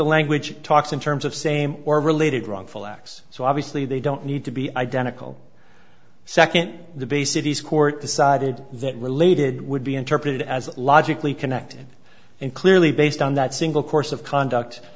language talks in terms of same or related wrongful acts so obviously they don't need to be identical second the bases court decided that related would be interpreted as logically connected and clearly based on that single course of conduct